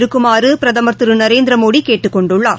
இருக்குமாறு பிரதமர் திருநரேந்திரமோடிகேட்டுக் கொண்டுள்ளார்